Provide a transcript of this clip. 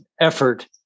effort